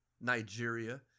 Nigeria